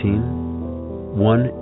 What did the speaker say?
One